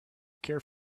care